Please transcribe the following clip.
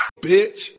Bitch